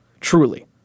Truly